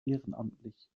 ehrenamtlich